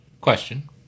Question